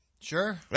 Sure